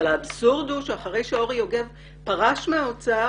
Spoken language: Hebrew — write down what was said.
אבל האבסורד הוא שאחרי שאורי יוגב פרש מהאוצר,